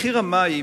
מחיר המים